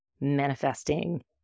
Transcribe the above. manifesting